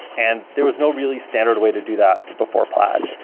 and there was no really standard way to do that before plaid,